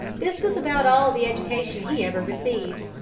this was about all the education he ever received.